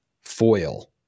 foil